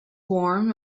warm